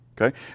Okay